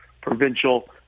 provincial